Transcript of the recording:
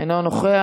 אינו נוכח.